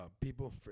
people